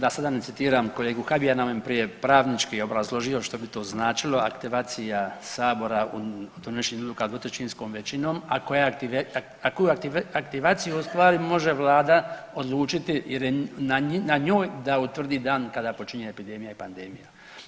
Da sada ne citiram kolegu Habijana, on je prije pravnički obrazložio što bi to značilo aktivacija sabora u tim našim odlukama dvotrećinskom većinom a koju aktivaciju u stvari može vlada odlučiti jer je na njoj da utvrdi dan kada počinje epidemije i pandemija.